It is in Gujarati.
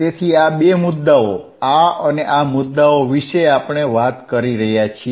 તેથી આ 2 મુદ્દાઓ આ અને આ મુદ્દાઓ વિશે આપણે વાત કરી રહ્યા છીએ